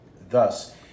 Thus